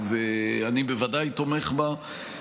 אני בוודאי תומך בה,